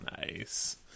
Nice